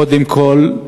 קודם כול,